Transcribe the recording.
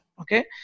Okay